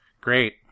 Great